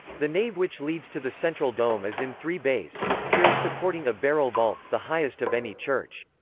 the nave which leads to the central dome is in three bays, with piers supporting a barrel-vault, the highest of any church.